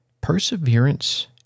Perseverance